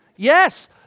Yes